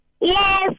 Yes